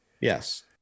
Yes